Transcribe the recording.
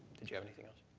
did you have anything else?